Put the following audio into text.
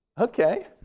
Okay